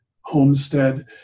Homestead